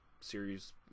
series